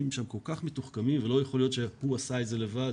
שם כל כך מתוחכמים ולא יכול להיות שהוא עשה את זה לבד